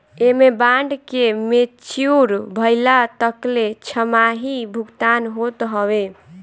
एमे बांड के मेच्योर भइला तकले छमाही भुगतान होत हवे